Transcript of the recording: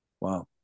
Wow